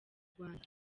rwanda